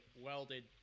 welded